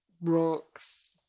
rocks